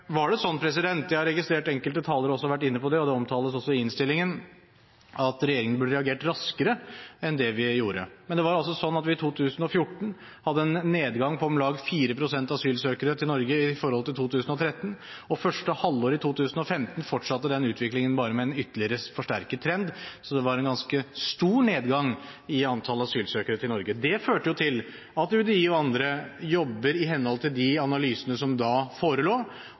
Jeg har registrert at enkelte talere også har vært inne på det, og det omtales også i innstillingen, at regjeringen burde ha reagert raskere enn den gjorde. Men i 2014 hadde vi en nedgang på om lag 4 pst i antall asylsøkere til Norge i forhold til 2013, og første halvår i 2015 fortsatte den utviklingen, bare med en ytterligere forsterket trend. Så det var en ganske stor nedgang i antall asylsøkere til Norge. Det førte til at UDI og andre jobbet i henhold til de analysene som da forelå,